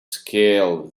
scaled